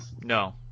No